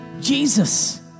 Jesus